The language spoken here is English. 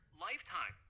lifetime